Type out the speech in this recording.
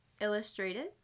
Illustrated